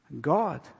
god